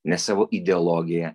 ne savo ideologiją